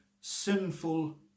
sinful